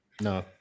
No